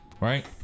Right